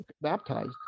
baptized